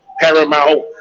paramount